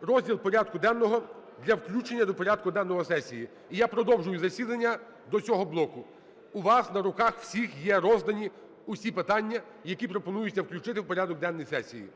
розділ порядку денного: для включення до порядку денного сесії. І я продовжую засідання до цього блоку. У вас на руках усіх є роздані всі питання, які пропонується включити в порядок денний сесії.